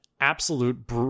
absolute